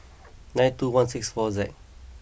nine two one six four Z